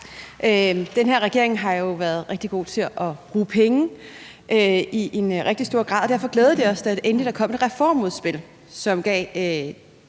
Den her regering har jo i høj grad været rigtig god til at bruge penge, og derfor glædede det os, da der endelig kom et reformudspil, som gav